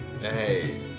hey